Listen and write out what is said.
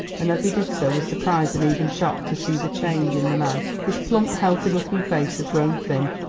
and as he did so was surprised and even shocked to see the change in the man. his plump healthy-looking face had grown thin,